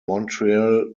montreal